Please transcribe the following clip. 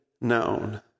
known